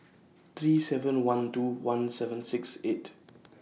three seven one two one seven six eight